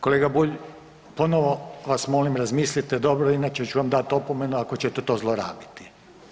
Kolega Bulj, ponovno vas molim, razmislite dobro inače ću vam dat opomenu ako ćete to zlorabiti.